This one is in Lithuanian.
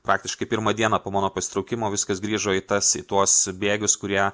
praktiškai pirmą dieną po mano pasitraukimo viskas grįžo į tas į tuos bėgius kurie